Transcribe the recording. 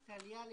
טליה,